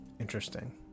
Interesting